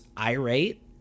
irate